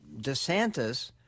DeSantis